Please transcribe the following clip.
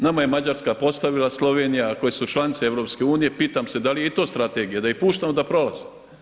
Nama je Mađarska postavila, Slovenija koje su članice EU, pitam se da li je i to strategija da ih puštamo da prolaze.